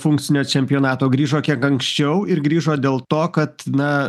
funkcinio čempionato grįžo kiek anksčiau ir grįžo dėl to kad na